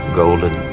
golden